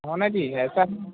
होना चाहिए ऐसा